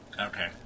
Okay